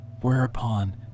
Whereupon